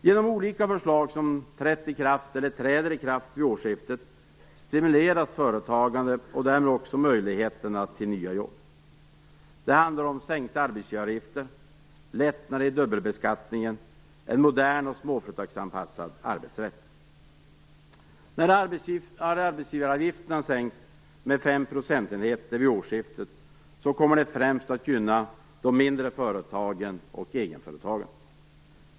Genom olika förslag som trätt i kraft eller träder i kraft vid årsskiftet stimuleras företagandet och därmed också möjligheterna till nya jobb. Det handlar om sänkta arbetsgivaravgifter, lättnader i dubbelbeskattningen och en modern och småföretagsanpassad arbetsrätt. När arbetsgivaravgifterna sänks med 5 procentenheter vid årsskiftet kommer det främst att gynna de mindre företagen och egenföretagarna.